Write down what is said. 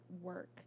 work